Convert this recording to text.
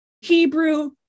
Hebrew